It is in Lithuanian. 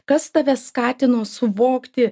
kas tave skatino suvokti